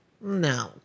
No